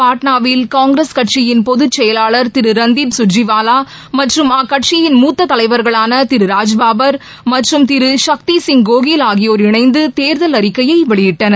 பாட்னாவில் காங்கிரஸ் கட்சியின் பொதுச் செயலாளர் திரு ரன்தீப் சுர்ஜிவாலா மற்றம் அக்கட்சியின் மூத்த தலைவர்களான திரு ராஜ்பாபர் மற்றம் திரு சக்திசிய் கோகில் ஆகியோர் இணைந்து தேர்தல் அறிக்கையை வெளியிட்டனர்